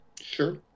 sure